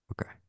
Okay